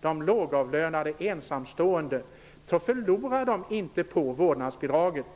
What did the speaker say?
De lågavlönade ensamstående mammorna förlorar inte på vårdnadsbidraget.